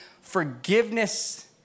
forgiveness